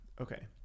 okay